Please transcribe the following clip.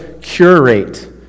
curate